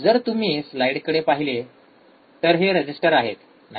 जर तुम्ही स्लाईडकडे लगेच पहिले तर हे रजिस्टर आहेत नाही का